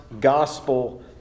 gospel